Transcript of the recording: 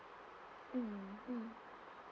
mm mm